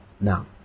Now